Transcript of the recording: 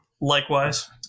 likewise